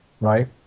right